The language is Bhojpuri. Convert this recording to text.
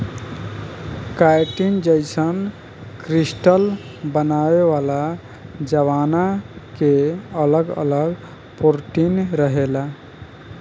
काइटिन जईसन क्रिस्टल बनावेला जवना के अगल अगल प्रोटीन रहेला